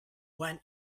when